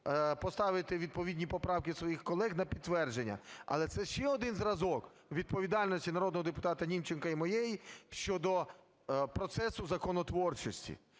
поставити відповідні поправки своїх колег на підтвердження. Але це ще один зразок відповідальності народного депутатаНімченка і моєї щодо процесу законотворчості.